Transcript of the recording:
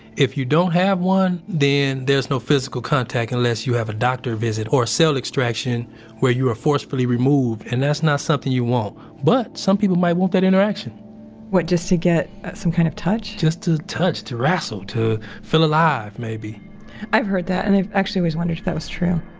if you don't have one then there's no physical contact unless you have a doctor visit or a cell extraction where you are forcefully removed and that's not something you want, but some people might want that interaction what? just to get some kind of touch? just to touch, to wrassle, to feel alive maybe i've heard that and i've actually always wondered if that was true